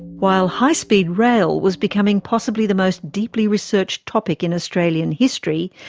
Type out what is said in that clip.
while high speed rail was becoming possibly the most deeply researched topic in australian history,